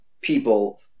people